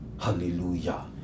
Hallelujah